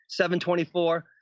724